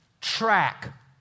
track